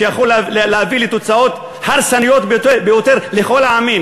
שיכול להביא לתוצאות הרסניות ביותר לכל העמים,